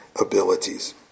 abilities